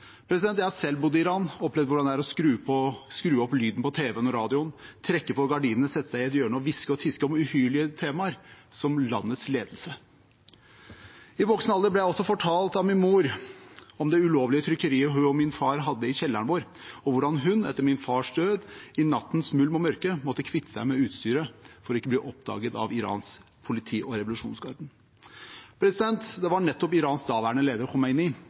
Jeg har selv bodd i Iran og opplevd hvordan det er å skru opp lyden på tv-en og radioen, trekke for gardinene, sette seg i et hjørne og hviske og tiske om uhyrlige temaer, som landets ledelse. I voksen alder ble jeg også fortalt av min mor om det ulovlige trykkeriet hun og min far hadde i kjelleren vår, og hvordan hun etter min fars død i nattens mulm og mørke måtte kvitte seg med utstyret for ikke å bli oppdaget av Irans politi og revolusjonsgarden. Det var nettopp Irans daværende leder Khomeini som utstedte fatwaen og i